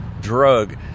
drug